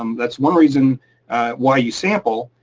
um that's one reason why you sample,